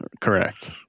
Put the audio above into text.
correct